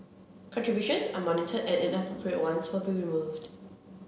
contributions are monitored and inappropriate ones will be removed